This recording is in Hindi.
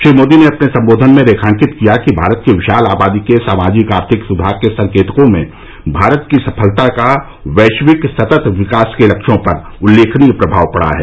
श्री मोदी ने अपने सम्बोधन में रेखांकित किया कि भारत की विशाल आबादी के सामाजिक आर्थिक सुधार के संकेतकों में भारत की सफलता का वैश्विक सतत विकास के लक्ष्यों पर उल्लेखनीय प्रभाव पड़ा है